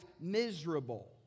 miserable